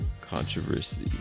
controversy